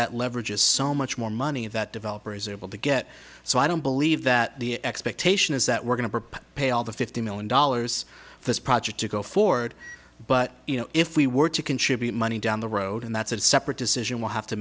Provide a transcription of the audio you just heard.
that leverage is so much more money that developer is able to get so i don't believe that the expectation is that we're going to pay all the fifty million dollars for this project to go forward but you know if we were to contribute money down the road and that's a separate decision will have to